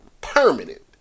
permanent